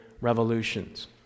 revolutions